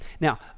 Now